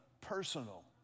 personal